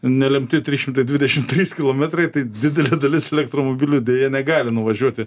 nelemti trys šimtai dvidešim trys kilometrai tai didelė dalis elektromobilių deja negali nuvažiuoti